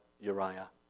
Uriah